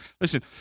listen